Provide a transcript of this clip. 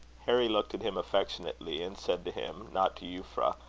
harry looked at him affectionately, and said to him, not to euphra,